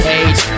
age